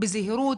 בזהירות,